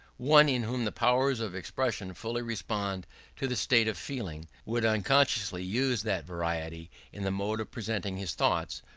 one in whom the powers of expression fully responded to the state of feeling, would unconsciously use that variety in the mode of presenting his thoughts,